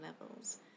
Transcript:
levels